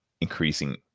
increasing